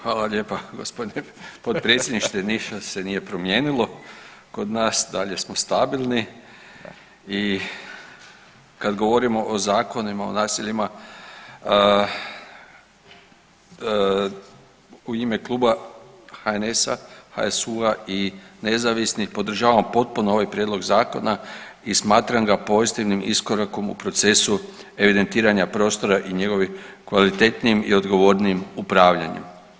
Hvala lijepa gospodine potpredsjedniče, ništa se nije promijenilo kod nas i dalje smo stabilni i kad govorimo o Zakonima o naseljima u ime Kluba HNS-a, HSU-a i nezavisnih podržavam potpuno ovaj prijedlog zakona i smatram ga pozitivnim iskorakom u procesu evidentiranja prostora i njegovim kvalitetnijim i odgovornijim upravljanjem.